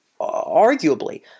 arguably